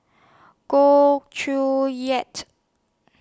Goh Chiew yet